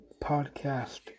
podcast